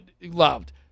loved